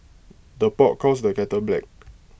the pot calls the kettle black